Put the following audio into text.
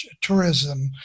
tourism